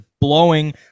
blowing